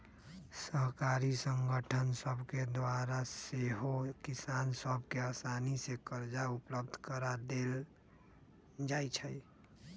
सहकारी संगठन सभके द्वारा सेहो किसान सभ के असानी से करजा उपलब्ध करा देल जाइ छइ